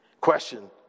Question